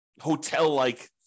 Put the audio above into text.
hotel-like